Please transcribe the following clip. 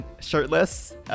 shirtless